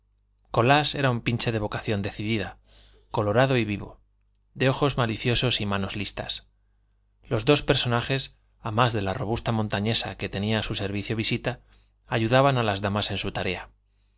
colás era un pinche de vocación decidida colorado y vivo de ojos maliciosos y manos listas los dos personajes a más de la robusta montañesa que tenía a su servicio visita ayudaban a las damas en su tarea